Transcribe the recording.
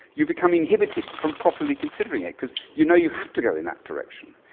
you become inhibited from properly considering it because you know you have to go in that direction.